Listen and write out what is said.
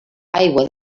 aigua